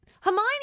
Hermione